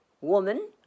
Woman